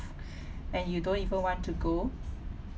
and you don't even want to go